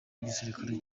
w’igisirikare